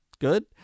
good